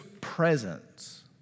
presence